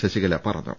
ശശികല പറഞ്ഞു